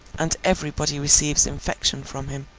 and everybody receives infection from him.